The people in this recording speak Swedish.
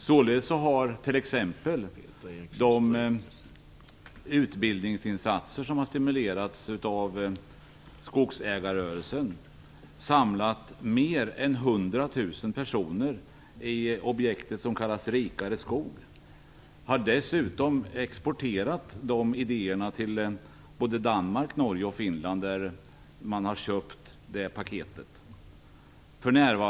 Således har t.ex. de utbildningsinsatser som har stimulerats av skogsägarrörelsen samlat mer än 100 000 personer i det objekt som benämns Rikare skog. Dessutom har de idéerna exporterats till Danmark, Norge och Finland, där man köpt det paketet.